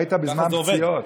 היית בזמן פציעות.